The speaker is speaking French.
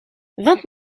vingt